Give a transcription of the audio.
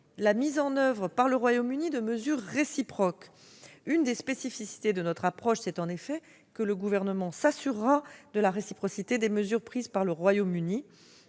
la mise en oeuvre par le Royaume-Uni de mesures réciproques. L'une des spécificités de notre approche est que le Gouvernement s'assurera de la réciprocité des mesures prises par le Royaume-Uni.